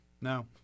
no